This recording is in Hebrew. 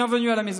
(אומר דברים בצרפתית.)